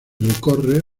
recorre